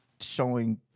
showing